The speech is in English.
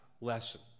lesson